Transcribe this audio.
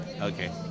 Okay